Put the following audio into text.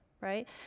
right